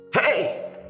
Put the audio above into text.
Hey